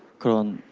going